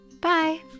Bye